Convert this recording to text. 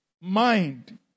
mind